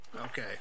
Okay